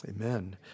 amen